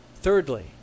Thirdly